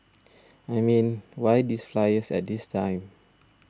I mean why these flyers at this time